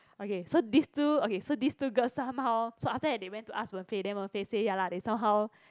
okay so this two okay so this two girl somehow so after that they went to ask Wen Fei then Wen Fei say ya lah they somehow